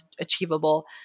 achievable